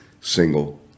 single